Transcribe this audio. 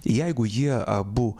jeigu jie abu